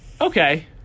Okay